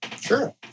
Sure